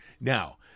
Now